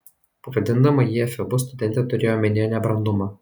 pavadindama jį efebu studentė turėjo omenyje nebrandumą